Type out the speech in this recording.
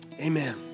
amen